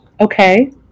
Okay